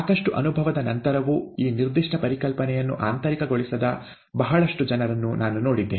ಸಾಕಷ್ಟು ಅನುಭವದ ನಂತರವೂ ಈ ನಿರ್ದಿಷ್ಟ ಪರಿಕಲ್ಪನೆಯನ್ನು ಆಂತರಿಕಗೊಳಿಸದ ಬಹಳಷ್ಟು ಜನರನ್ನು ನಾನು ನೋಡಿದ್ದೇನೆ